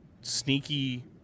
sneaky